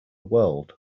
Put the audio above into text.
world